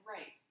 Right